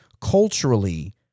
culturally